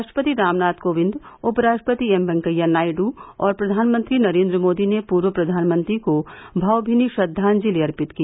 राष्ट्रपति रामनाथ कोविंद उप राष्ट्रपति एम वेंकैया नायडू और प्रधानमंत्री नरेन्द्र मोदी ने पूर्व प्रधानमंत्री को भावभीनी श्रद्वांजलि अर्पित की